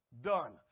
done